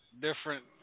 different